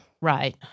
Right